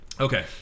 Okay